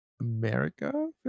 America